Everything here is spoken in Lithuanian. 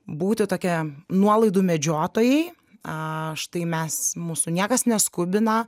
būti tokie nuolaidų medžiotojai a štai mes mūsų niekas neskubina